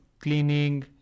cleaning